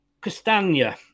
Castagna